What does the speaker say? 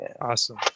Awesome